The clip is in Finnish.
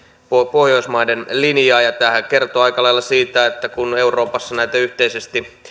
pohjoismaiden linjaa niin tämähän kertoo aika lailla siitä että kun euroopassa yhteisesti